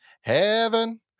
Heaven